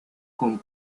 con